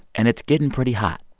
and it's getting pretty hot.